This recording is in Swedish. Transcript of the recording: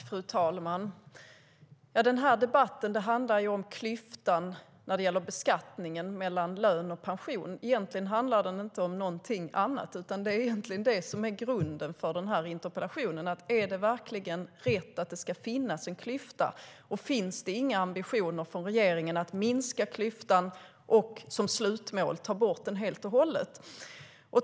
Fru talman! Denna debatt handlar om klyftan när det gäller beskattning mellan lön och pension. Egentligen handlar den inte om någonting annat. Det är egentligen det som är grunden till denna interpellation, alltså: Är det verkligen rätt att det ska finnas en klyfta, och finns det inga ambitioner från regeringen att minska klyftan och som slutmål ta bort den helt och hållet?